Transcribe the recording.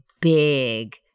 big